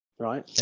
right